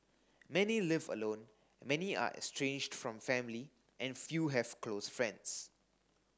many live alone many are estranged from family and few have close friends